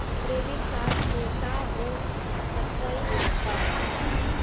Credit card से का हो सकइत बा?